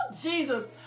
Jesus